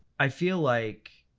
i feel like.